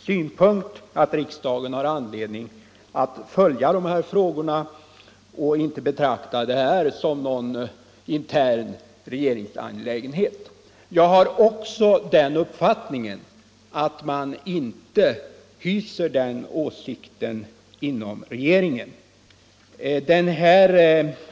synpunkt att riksdagen har an = Nr 7 ledning att följa dessa frågor och inte betrakta det här som någon intern Onsdagen den regeringsangelägenhet. Jag har också den uppfattningen att man inom 22 oktober 1975 regeringen inte hyser den åsikten att så skulle vara fallet.